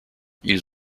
ils